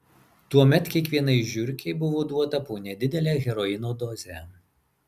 tuomet kiekvienai žiurkei buvo duota po nedidelę heroino dozę